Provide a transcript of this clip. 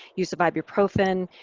use of ibuprofen.